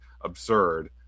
absurd